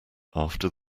after